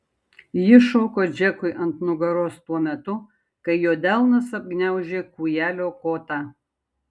ji šoko džekui ant nugaros tuo metu kai jo delnas apgniaužė kūjelio kotą